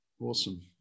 Awesome